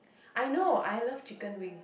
I know I love chicken wing